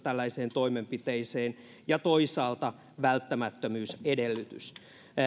edellytys tällaiseen toimenpiteeseen ja toisaalta välttämättömyysedellytys jarno limnell yksi